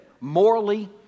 morally